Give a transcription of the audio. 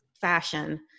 fashion